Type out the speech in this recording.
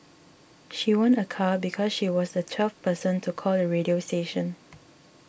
she won a car because she was the twelfth person to call the radio station